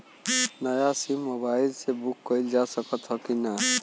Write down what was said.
नया SIM mobile से book कइलजा सकत ह कि ना?